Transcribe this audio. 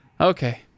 Okay